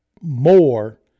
more